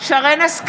שרן מרים השכל,